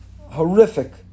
Horrific